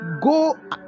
go